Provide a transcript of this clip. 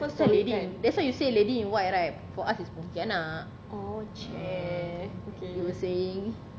that's why you said lady in white right for us it's pontianak you were saying